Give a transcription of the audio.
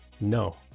No